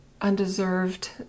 undeserved